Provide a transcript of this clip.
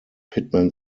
pittman